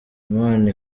imana